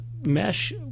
Mesh